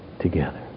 together